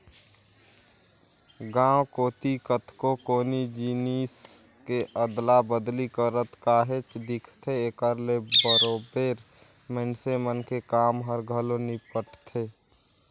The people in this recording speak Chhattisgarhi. गाँव कोती कतको कोनो जिनिस के अदला बदली करत काहेच दिखथे, एकर ले बरोबेर मइनसे मन के काम हर घलो निपटथे